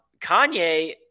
Kanye